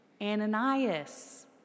Ananias